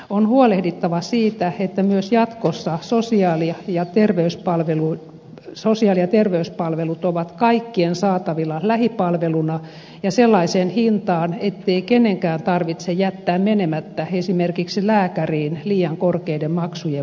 on huolehdittava siitä että myös jatkossa sosiaali ja terveyspalvelut ovat kaikkien saatavilla lähipalveluna ja sellaiseen hintaan ettei kenenkään tarvitse jättää menemättä esimerkiksi lääkäriin liian korkeiden maksujen vuoksi